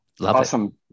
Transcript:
awesome